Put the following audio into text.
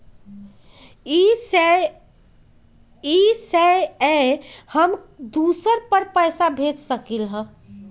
इ सेऐ हम दुसर पर पैसा भेज सकील?